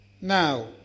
Now